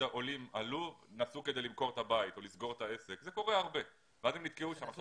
העולים עלו ונסעו כדי למכור את הבית או לסגור את העסק ואז הם נתקעו שם.